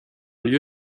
lieu